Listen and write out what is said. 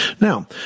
Now